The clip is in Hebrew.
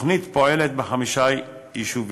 תוכנית זו פועלת בחמישה יישובים.